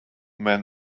man